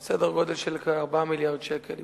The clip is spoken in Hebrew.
מדובר בסדר גודל של כ-4 מיליארד שקל,